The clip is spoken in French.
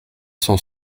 cent